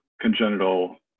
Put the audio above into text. congenital